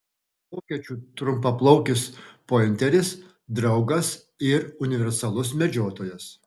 vokiečių trumpaplaukis pointeris draugas ir universalus medžiotojas